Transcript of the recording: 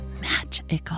magical